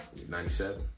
97